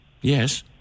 Yes